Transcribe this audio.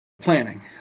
planning